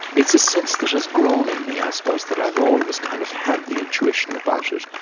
it's a sense that has grown in me, i suppose, that i've always kind of had the intuition about it,